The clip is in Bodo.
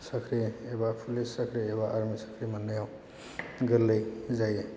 साख्रि एबा पुलिस साख्रि एबा आर्मि साख्रि मोननायाव गोरलै जायो